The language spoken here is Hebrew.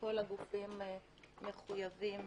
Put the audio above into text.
וכל הגופים מחויבים